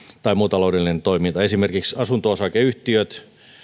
tai muu taloudellinen toiminta esimerkiksi asunto osakeyhtiöiden